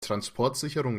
transportsicherung